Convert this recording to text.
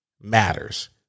matters